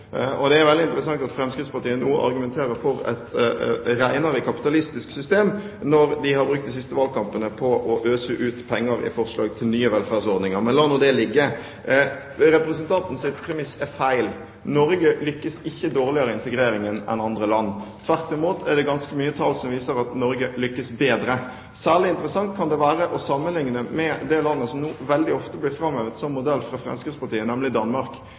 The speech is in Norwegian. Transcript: Og det er veldig interessant at Fremskrittspartiet nå argumenterer for et renere kapitalistisk system, når de har brukt de siste valgkampene på å øse ut penger i forslag til nye velferdsordninger. Men la nå det ligge. Representantens premiss er feil. Norge lykkes ikke dårligere med integreringen enn andre land; tvert imot er det ganske mange tall som viser at Norge lykkes bedre. Særlig interessant kan det være å sammenligne med det landet som nå veldig ofte blir framhevet som modell fra Fremskrittspartiets side, nemlig Danmark.